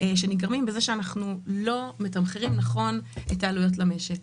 שנגרמים מזה שאנחנו לא מתמחרים נכון את העלויות למשק.